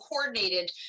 coordinated